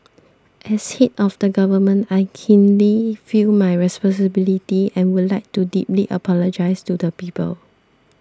as head of the government I keenly feel my responsibility and would like to deeply apologise to the people